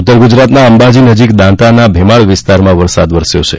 ઉત્તર ગુજરાતના અંબાજી નજીક દાંતાના ભેમાળ વિસ્તારમાં વરસાદ વરસ્યો છે